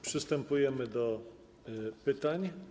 Przystępujemy do pytań.